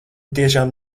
tiešām